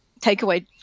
takeaway –